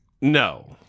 No